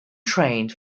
trained